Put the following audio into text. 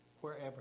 wherever